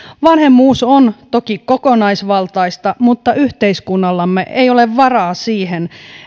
vanhemmuus on toki kokonaisvaltaista mutta yhteiskunnallamme ei ole varaa siihen